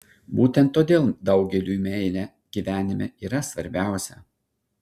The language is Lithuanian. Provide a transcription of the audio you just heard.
būtent todėl daugeliui meilė gyvenime yra svarbiausia